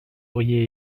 auriez